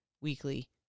weekly